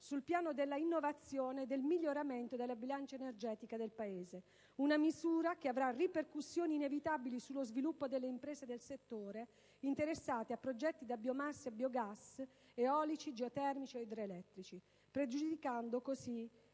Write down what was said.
sul piano dell'innovazione e del miglioramento della bilancia energetica del Paese; una misura che avrà inevitabili ripercussioni sullo sviluppo delle imprese del settore interessate a progetti (biomasse e biogas, eolici, geotetermici ed idroelettrici), pregiudicando così